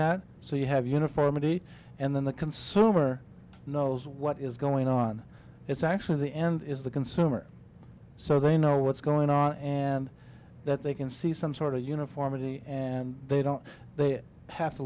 at so you have uniformity and then the consumer knows what is going on it's actually the end is the consumer so they know what's going on and that they can see some sort of uniformity and they don't have to